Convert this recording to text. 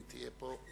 אם תהיה פה,